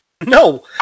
No